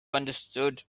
understood